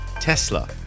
Tesla